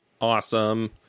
Awesome